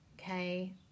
Okay